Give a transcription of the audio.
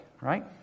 right